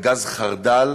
וגז חרדל